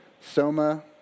Soma